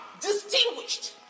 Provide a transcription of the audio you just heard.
distinguished